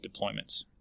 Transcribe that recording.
deployments